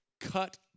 cut